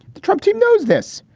the trump team knows this.